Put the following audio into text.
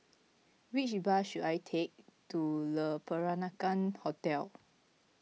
which bus should I take to Le Peranakan Hotel